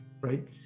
right